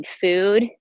food